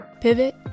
pivot